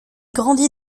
grandit